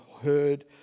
heard